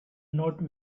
not